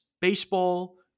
baseball